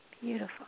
beautiful